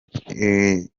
icyateye